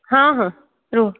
ହଁ ହଁ ରୁହ